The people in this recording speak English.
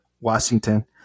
Washington